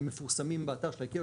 הם מפורסמים באתר של ה-ICAO,